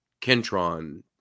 Kentron